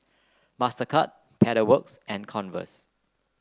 Mastercard Pedal Works and Converse